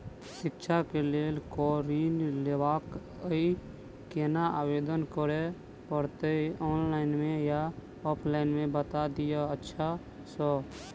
शिक्षा केँ लेल लऽ ऋण लेबाक अई केना आवेदन करै पड़तै ऑनलाइन मे या ऑफलाइन मे बता दिय अच्छा सऽ?